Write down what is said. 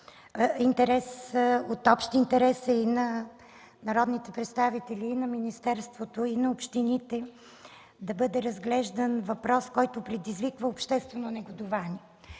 от общ интерес е на народните представители, на министерството и на общините да бъде разглеждан въпрос, който предизвиква обществено негодувание.